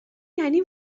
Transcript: یعنی